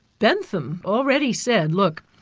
bentham already said, look,